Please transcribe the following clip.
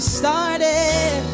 started